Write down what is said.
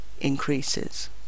increases